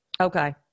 Okay